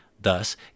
Thus